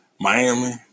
Miami